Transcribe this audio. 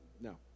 No